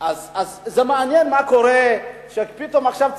זה מעניין מה קורה שפתאום עכשיו,